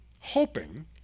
hoping